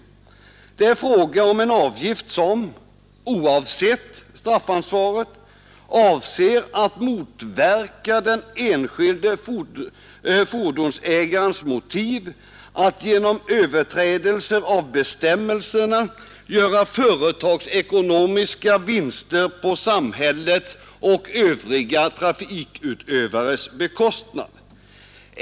Det är fråga om en avgift som oavsett straffansvaret avser att motverka den enskilde fordonsägarens motiv att genom överträdelser av bestämmelserna göra företagsekonomiska vinster på samhällets och övriga trafikutövares bekostnad.